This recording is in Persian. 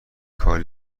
کار